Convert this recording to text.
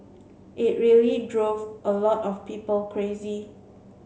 it really drove a lot of people crazy